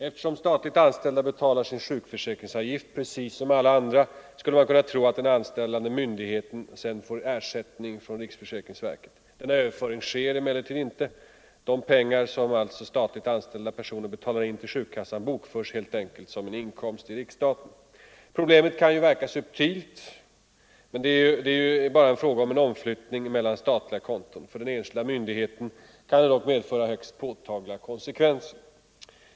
Eftersom statligt anställda betalar sin sjukförsäkringsavgift precis som alla andra skulle man kunna tro att den anställande myndigheten sedan får ersättning från riksförsäkringsverket. Denna överföring sker emellertid inte. De pengar som statligt anställda personer betalar in till sjukkassan bokförs helt enkelt som inkomst i riksstaten. Problemet kan verka subtilt; det är ju bara fråga om en omflyttning mellan statliga konton. För den enskilda myndigheten kan det dock medföra högst påtagliga konsekvenser.